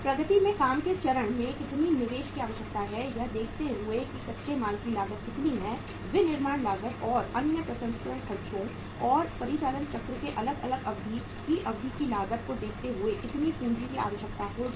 प्रगति में काम के चरण में कितने निवेश की आवश्यकता है यह देखते हुए कि कच्चे माल की लागत कितनी है विनिर्माण लागत और अन्य प्रसंस्करण खर्चों और परिचालन चक्र के अलग अलग अवधि की अवधि की लागत को देखते हुए कितनी पूंजी की आवश्यकता होगी